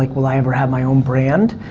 like will i ever have my own brand?